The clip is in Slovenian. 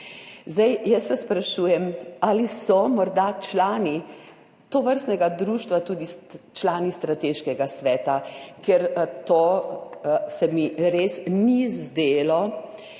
Jaz vas sprašujem: Ali so morda člani tovrstnega društva tudi člani strateškega sveta? Ker to se mi res ni zdelo